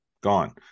gone